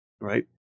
right